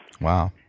Wow